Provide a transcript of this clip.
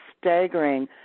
staggering